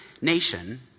nation